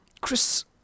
Chris